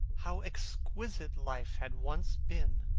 how exquisite life had once been!